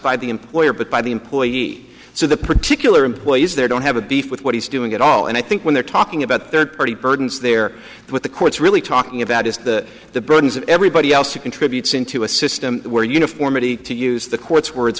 by the employer but by the employee so the particular employees there don't have a beef with what he's doing at all and i think when they're talking about third party burdens they're what the courts really talking about is the the burdens of everybody else who contributes into a system where uniformity to use the courts w